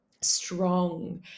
strong